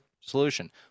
solution